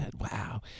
wow